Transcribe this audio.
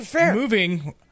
moving